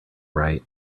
right